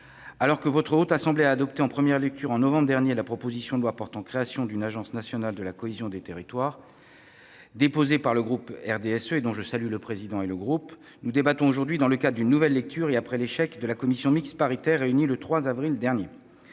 publique. La Haute Assemblée a adopté en première lecture, en novembre dernier, la proposition de loi portant création d'une Agence nationale de la cohésion des territoires, déposée par le groupe du RDSE, dont je salue le président. Nous en débattons aujourd'hui en nouvelle lecture, après l'échec de la commission mixte paritaire réunie le 3 avril dernier.